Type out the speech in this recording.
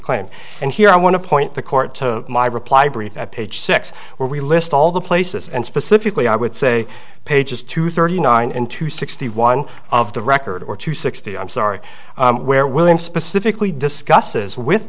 claim and here i want to point the court to my reply brief page six where we list all the places and specifically i would say pages two thirty nine into sixty one of the record or two sixty i'm sorry where william specifically discusses with